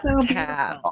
tabs